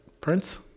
Prince